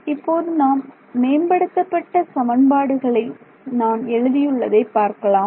இப்போது நாம் மேம்படுத்தப்பட்ட சமன்பாடுகளை நான் எழுதியுள்ளதை பார்க்கலாம்